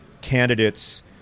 candidates